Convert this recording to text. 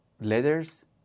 letters